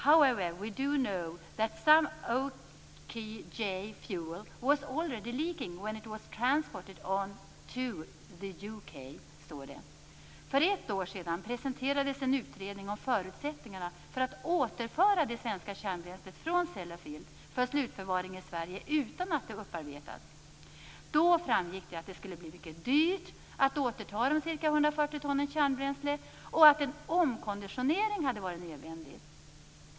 "However, we do know that some OKG fuel was already leaking when it was transported to the UK." För ett år sedan presenterades en utredning om förutsättningarna för att återföra det svenska kärnbränslet från Sellafield för slutförvaring i Sverige utan att det upparbetas. Då framgick det att det skulle bli mycket dyrt att återta de ca 140 tonnen kärnbränsle och att en omkonditionering hade varit nödvändig.